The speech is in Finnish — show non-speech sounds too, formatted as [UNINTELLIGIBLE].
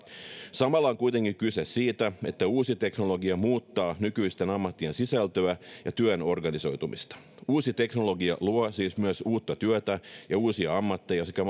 samalla on kuitenkin kyse siitä että uusi teknologia muuttaa nykyisten ammattien sisältöä ja työn organisoitumista uusi teknologia luo siis myös uutta työtä ja uusia ammatteja sekä [UNINTELLIGIBLE]